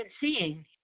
seeing